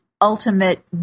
Ultimate